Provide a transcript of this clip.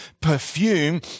perfume